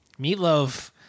Meatloaf